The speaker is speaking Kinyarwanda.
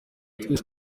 twese